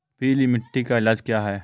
पीली मिट्टी का इलाज क्या है?